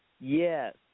Yes